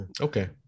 Okay